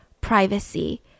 privacy